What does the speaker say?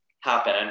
happen